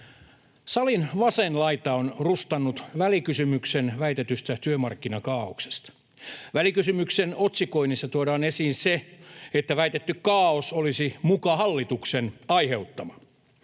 Salin vasen laita on rustannut välikysymyksen väitetystä työmarkkinakaaoksesta. Välikysymyksen otsikoinnissa tuodaan esiin se, että väitetty kaaos olisi muka hallituksen aiheuttama.